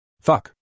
Fuck